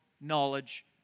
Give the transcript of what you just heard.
knowledge